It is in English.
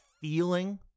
feeling